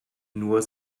nur